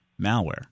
malware